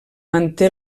manté